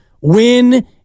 win